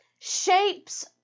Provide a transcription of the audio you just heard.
shapes